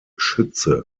schütze